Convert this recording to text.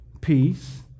peace